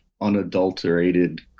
unadulterated